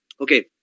Okay